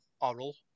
Oral